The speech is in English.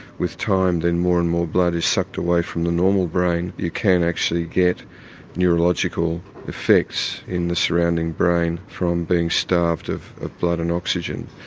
with time, then more and more blood is sucked away from the normal brain, and you can actually get neurological effects in the surrounding brain from being starved of of blood and oxygen.